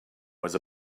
was